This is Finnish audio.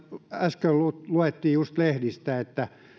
äsken luettiin lehdistä että